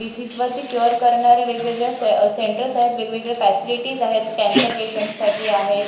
डिसीजवरती cure करणारे वेगवेगळे से सेंटर्स आहेत वेगवेगळे फॅसिलिटीज आहेत कॅन्सर पेशन्टससाठी आहेत